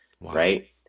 right